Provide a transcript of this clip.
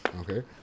Okay